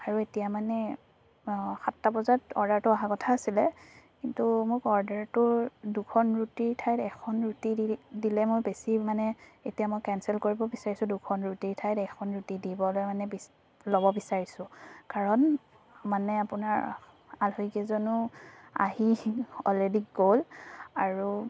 আৰু এতিয়া মানে সাতটা বজাত অৰ্দাৰটো অহা কথা আছিলে কিন্তু মোৰ অৰ্দাৰটো দুখন ৰুটিৰ ঠাইত এখন ৰুটি দি দিলে মোৰ বেছি মানে এতিয়া মই কেঞ্চেল কৰিব বিছাৰিছোঁ দুখন ৰুটিৰ ঠাইত এখন ৰুটি দিবলৈ মানে বিছ ল'ব বিছাৰিছোঁ কাৰণ মানে আপোনাৰ আলহীকেইজনো আহি অলৰেদি গ'ল আৰু